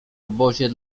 obozie